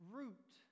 root